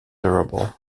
durable